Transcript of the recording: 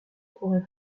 pourrait